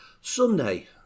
Sunday